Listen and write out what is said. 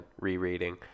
rereading